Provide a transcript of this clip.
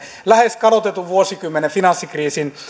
lähes sen kadotetun vuosikymmenen finanssikriisin